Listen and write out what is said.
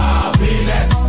happiness